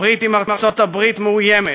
הברית עם ארצות-הברית מאוימת,